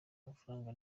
amafaranga